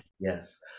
Yes